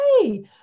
Hey